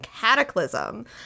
Cataclysm